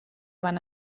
van